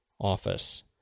office